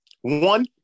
one